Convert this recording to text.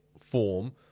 form